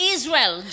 Israel